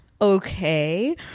okay